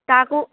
তাকো